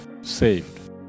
saved